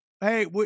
Hey